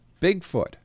Bigfoot